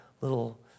little